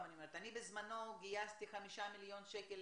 בזמנו אני גייסתי חמישה מיליון שקל,